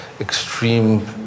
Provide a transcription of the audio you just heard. extreme